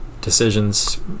decisions